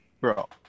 bro